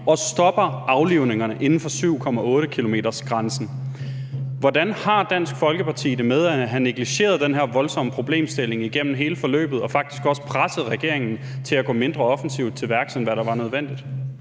og stopper aflivningerne inden for 7,8-kilometersgrænsen. Hvordan har Dansk Folkeparti det med at have negligeret den her voldsomme problemstilling igennem hele forløbet og faktisk også have presset regeringen til at gå mindre offensivt til værks, end hvad der var nødvendigt?